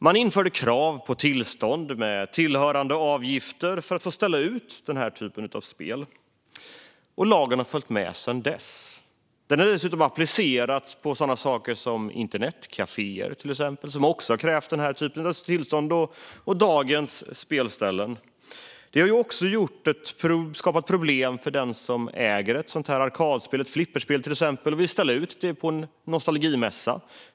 Man införde krav på tillstånd med tillhörande avgifter för att få ställa ut den här typen av spel, och lagen har följt med sedan dess. Den har dessutom applicerats på sådana saker som till exempel internetkaféer, som det också krävts den här typen av tillstånd för, och dagens spelställen. Det har också skapat problem för den som äger ett arkadspel, till exempel ett flipperspel, och vill ställa ut det på en nostalgimässa.